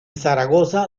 zaragoza